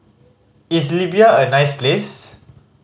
is Libya a nice place